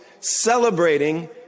Celebrating